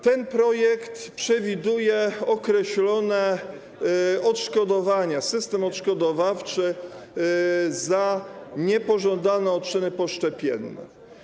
Ten projekt przewiduje określone odszkodowania, system odszkodowawczy za niepożądane odczyny poszczepienne.